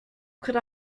could